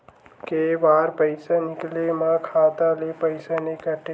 के बार पईसा निकले मा खाता ले पईसा नई काटे?